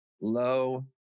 low